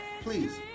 please